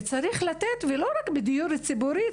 צריך לתת ולא רק בדיור ציבורי.